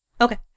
Okay